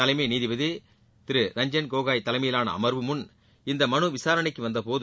தலைமை நீதிபதி ரஞ்சன் கோகோய் தலைமையிலான அமர்வு முன் இந்த மனு விசாரணைக்கு வந்தபோது